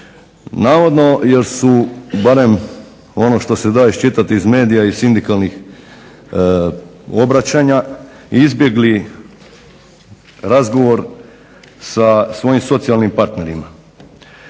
navodno jer su barem ono što se da iščitati iz medija iz sindikalnih obraćanja, izbjegli razgovor sa svojim socijalnim partnerima.